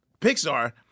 Pixar